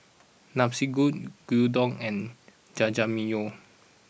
Gyudon and Jajangmyeon